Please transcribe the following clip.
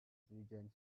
diligent